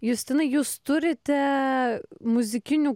justinai jūs turite muzikinių